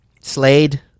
Slade